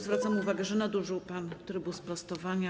Zwracam też uwagę, że nadużył pan trybu sprostowania.